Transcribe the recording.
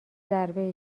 ضربه